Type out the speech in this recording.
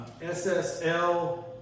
SSL